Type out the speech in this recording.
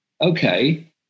okay